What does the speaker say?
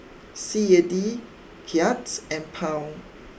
C A D Kyat and Pound